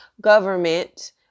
government